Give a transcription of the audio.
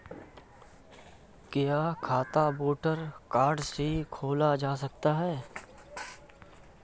क्या खाता voter card से खोला जा सकता है?